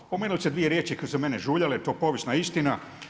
Spomenuli ste dvije riječi koje su mene žuljale, to je povijesna istina.